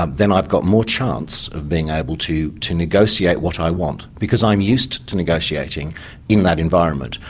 ah then i've got more chance of being able to to negotiate what i want, because i'm used to negotiating in that environment,